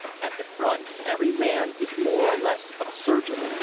at the front every man is more or less of a surgeon.